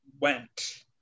went